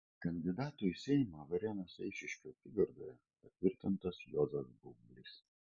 kandidatu į seimą varėnos eišiškių apygardoje patvirtintas juozas baublys